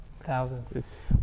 Thousands